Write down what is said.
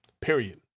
period